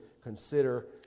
consider